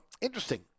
Interesting